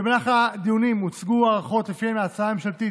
במהלך הדיונים הוצגו הערכות שלפיהן ההצעה הממשלתית